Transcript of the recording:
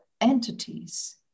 entities